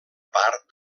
part